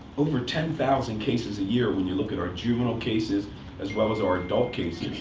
over ten thousand cases a year, when you look at our juvenile cases as well as our adult cases.